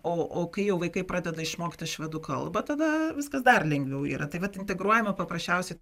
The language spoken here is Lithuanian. o o kai jau vaikai pradeda išmokti švedų kalbą tada viskas dar lengviau yra tai vat integruojama paprasčiausiai